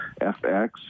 FX